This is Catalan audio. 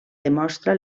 demostra